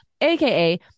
aka